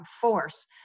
force